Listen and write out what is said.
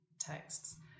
texts